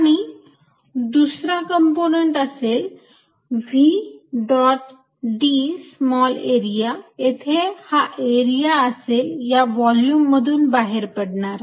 आणि दुसरा कंपोनंट असेल v dot d small area येथे हा एरिया असेल या व्हॉल्युम मधून बाहेर पडणारा